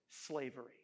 slavery